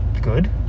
Good